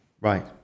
Right